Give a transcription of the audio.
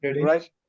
Right